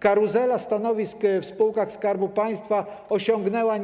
Karuzela stanowisk w spółkach Skarbu Państwa osiągnęła